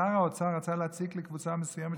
שר האוצר רצה להציק לקבוצה מסוימת,